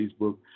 Facebook